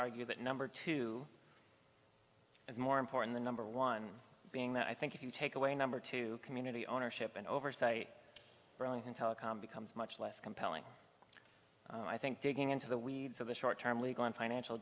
argue that number two is more important the number one being that i think if you take away number two community ownership and oversight in telecom becomes much less compelling i think digging into the weeds of the short term legal and financial